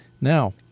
Now